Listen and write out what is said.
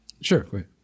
sure